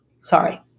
sorry